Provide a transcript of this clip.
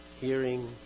hearing